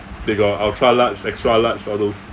they got ultra large extra large all those